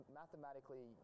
mathematically